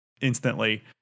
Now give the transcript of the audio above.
instantly